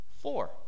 Four